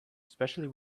especially